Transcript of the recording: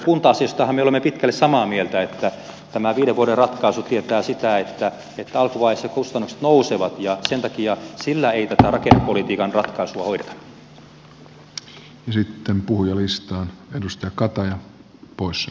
kunta asioistahan me olemme pitkälle samaa mieltä että tämä viiden vuoden ratkaisu tietää sitä että alkuvaiheessa kustannukset nousevat ja sen takia sillä ei tätä rakennepolitiikan ratkaisua hoideta